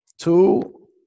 Two